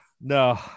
no